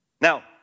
Now